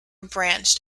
branched